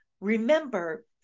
Remember